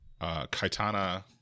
Kaitana